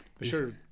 Sure